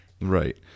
right